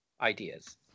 ideas